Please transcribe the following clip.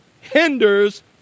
hinders